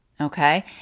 Okay